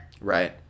Right